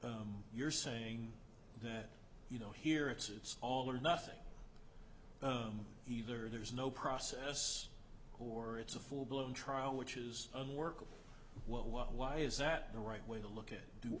you're saying that you know here it's all or nothing either there's no process or it's a full blown trial which is unworkable why is that the right way to look at d